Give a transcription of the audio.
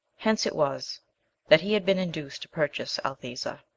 hence it was that he had been induced to purchase althesa.